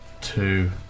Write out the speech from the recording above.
Two